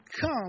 come